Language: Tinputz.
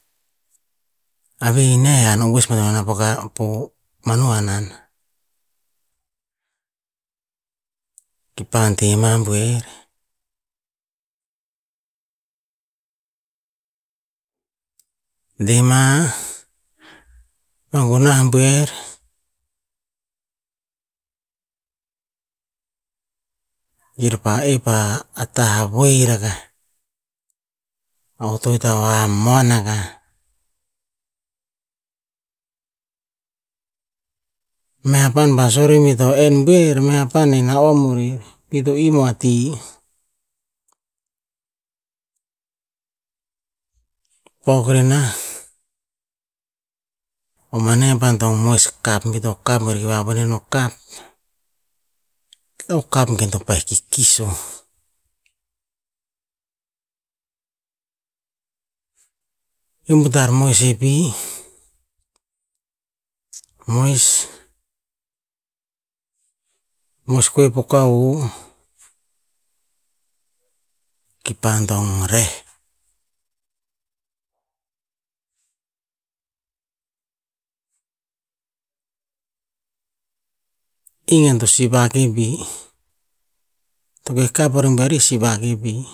A vihinia e han ovoes pa kar po manu hanan. Pa deh mah buer, deh mah, vangunah buer, ir pa'ih pah weh rakah, a otoet vamoan akah. Meh papan a pa sue rer ba ir to enn buer, meh papan eh na'om arer be ito im roh a ti. Pok reh nah, o maneh pa dong moes kap bir to kap kir wawoen ino kap, o kap gen to pa'eh kikis o. Iuh butar moes en pih, moes, moes koe po kavo, kipa dong reh. I gen to sivak en pih, to keh kap eh ra buer ih sivak eo pih.